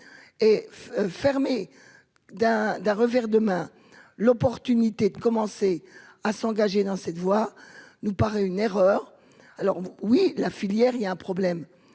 et fermé d'un d'un revers de main l'opportunité de commencer à s'engager dans cette voie, nous paraît une erreur, alors oui, la filière, il y a un problème,